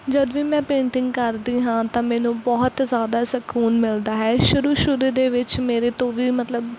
ਜਦੋਂ ਵੀ ਮੈਂ ਪੇਂਟਿੰਗ ਕਰਦੀ ਹਾਂ ਤਾਂ ਮੈਨੂੰ ਬਹੁਤ ਜ਼ਿਆਦਾ ਸਕੂਨ ਮਿਲਦਾ ਹੈ ਸ਼ੁਰੂ ਸ਼ੁਰੂ ਦੇ ਵਿੱਚ ਮੇਰੇ ਤੋਂ ਵੀ ਮਤਲਬ